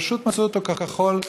פשוט מצאו אותו כחול,